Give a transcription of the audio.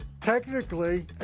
Technically